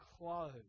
clothes